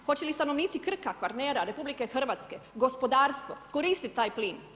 Hoće li stanovnici Krka, Kvarnera, RH, gospodarstvo koristiti taj plin?